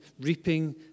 reaping